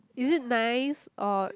is it nice or